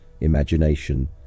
imagination